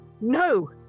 No